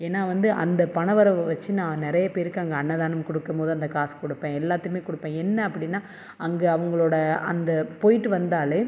ஏன்னால் வந்து அந்த பண வரவை வச்சு நான் நிறைய பேருக்கு அங்கே அன்னதானம் கொடுக்கும் போது அந்த காசு கொடுப்பேன் எல்லாத்தையுமே கொடுப்பேன் என்ன அப்படின்னா அங்கே அவர்களோட அந்த போய்ட்டு வந்தாலே